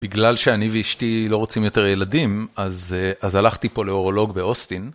בגלל שאני ואשתי לא רוצים יותר ילדים, אז הלכתי פה לאורולוג באוסטין.